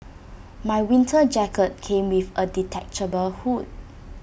my winter jacket came with A detachable hood